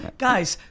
but guys,